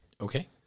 Okay